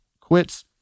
quits